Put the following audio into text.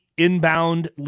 inbound